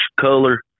color